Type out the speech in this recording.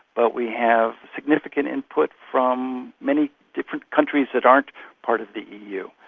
but we have significant input from many different countries that aren't part of the eu,